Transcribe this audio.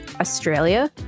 Australia